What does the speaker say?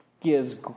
gives